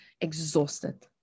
exhausted